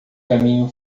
caminho